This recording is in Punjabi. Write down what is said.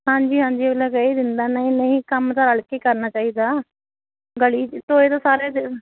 ਹਾਂਜੀ ਹਾਂਜੀ ਅਗਲਾ ਕਹਿ ਦਿੰਦਾ ਨਹੀਂ ਨਹੀਂ ਕੰਮ ਤਾਂ ਰਲ ਕੇ ਕਰਨਾ ਚਾਹੀਦਾ ਗਲੀ ਟੋਏ ਤਾਂ ਸਾਰਿਆਂ ਦੇ